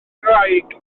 ngwraig